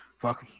Fuck